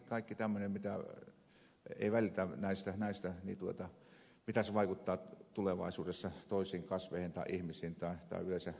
mutta jos sitten ei välitä näistä niin miten se vaikuttaa tulevaisuudessa toisiin kasveihin tai ihmisiin tai yleensä suomalaiseen luontoon